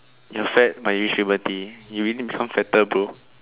you are fat but you use remedy you even become fatter bro